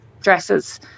dresses